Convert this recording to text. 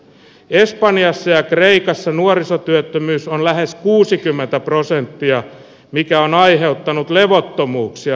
espanjassa ja kreikassa nuorisotyöttömyys on lähes kuusikymmentä prosenttia mikä on aiheuttanut levottomuuksia